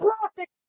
Classic